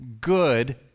good